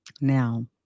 Now